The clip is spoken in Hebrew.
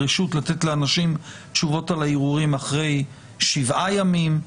רשות לתת לאנשים תשובות על הערעורים אחרי שבעה ימים.